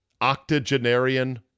octogenarian